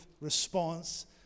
response